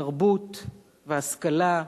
תרבות והשכלה,